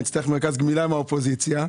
אצטרך מרכז גמילה מן האופוזיציה.